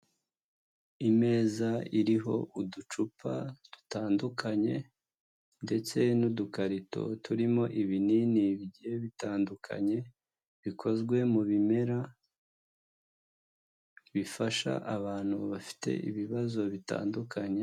Imeza iriho uducupa dutandukanye ndetse n'udukarito turimo ibinini bitandukanye bikozwe mu bimera bifasha abantu bafite ibibazo bitandukanye.